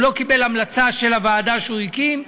הוא לא קיבל המלצה של הוועדה שהוא הקים,